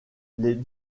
les